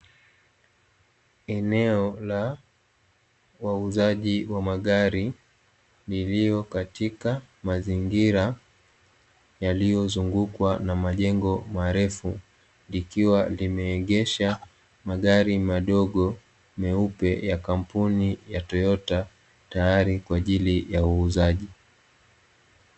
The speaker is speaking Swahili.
Eneo la wauzaji wa magari lilio katika mazingira yaliyozungukwa na majengo marefu, likiwa limeegesha magari madogo meupe ya kampuni ya "TOYOTA", tayari kwa ajili ya uuzaji.